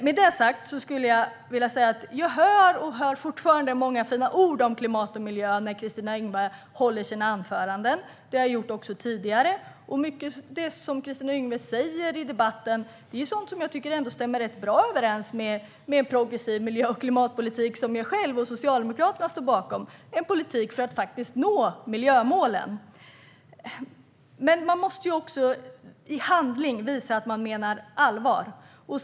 Med detta sagt hör jag många fina ord om klimat och miljö när Kristina Yngwe håller sina anföranden. Det har jag också gjort tidigare. Mycket av det som Kristina Yngwe säger i debatten stämmer rätt bra överens med en sådan progressiv miljö och klimatpolitik som jag själv och Socialdemokraterna står bakom - en politik för att nå miljömålen. Man måste dock också visa i handling att man menar allvar.